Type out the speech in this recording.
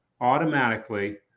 automatically